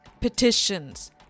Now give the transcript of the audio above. petitions